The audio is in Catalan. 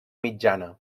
mitjana